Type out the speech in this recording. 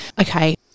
Okay